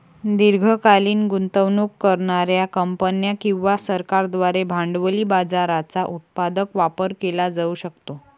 दीर्घकालीन गुंतवणूक करणार्या कंपन्या किंवा सरकारांद्वारे भांडवली बाजाराचा उत्पादक वापर केला जाऊ शकतो